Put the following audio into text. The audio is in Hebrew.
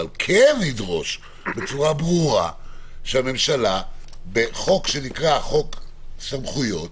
אבל כן נדרוש בצורה ברורה שהממשלה בחוק שנקרא "חוק סמכויות"